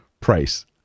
price